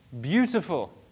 beautiful